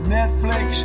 Netflix